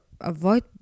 avoid